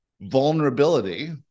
vulnerability